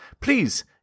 please